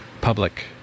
public